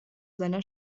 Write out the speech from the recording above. seiner